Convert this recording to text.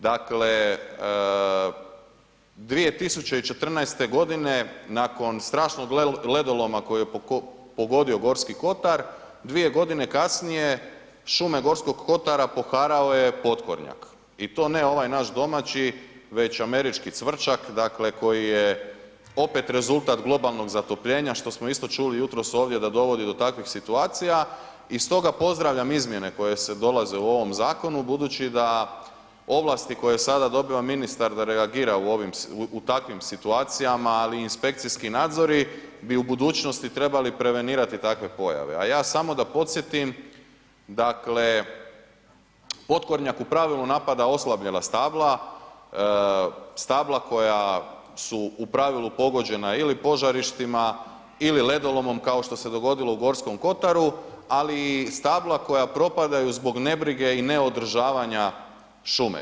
Dakle, 2014. g. nakon strašnog ledoloma koji je pogodio Gorski kotar, 2 g. kasnije šume Gorskog kotara poharao je potkornjak i to ne ovaj naš domaći već američki cvrčak dakle koji je opet rezultat globalnog zatopljenja što smo isto čuli jutros ovdje da dovodi do takvih situacija i stoga pozdravljam izmjene koje sve dolaze u ovom zakonu budući da ovlasti koje sada dobiva ministar da reagira u takvim situacijama ali i inspekcijski nadzori, bio u budućnosti trebali prevenirati takve pojave a ja samo da podsjetim dakle potkornjak u pravilu napada oslabjela stabla, stabla koja su u pravilu pogođena ili požarištima ili ledolomom kao što se dogodilo u Gorskom kotaru ali i stabla koja propadaju zbog nebrige i neodržavanja šume.